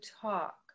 talk